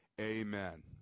Amen